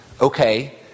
okay